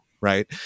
right